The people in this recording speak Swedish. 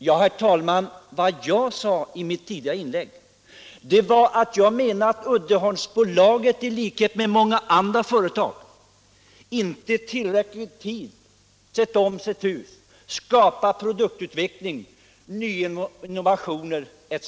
Ja, herr talman, men vad jag yttrade i mitt tidigare inlägg var att Uddeholmsbolaget i likhet med många andra företag inte i tillräckligt god tid hade sett om sitt hus då det gällt produktutveckling, innovationer etc.